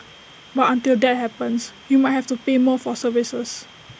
but until that happens we might have to pay more for services